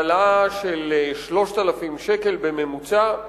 העלאה של 3,000 שקל בממוצע.